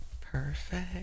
Perfect